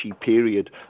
period